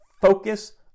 focus